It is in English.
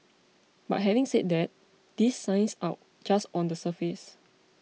but having said that these signs are just on the surface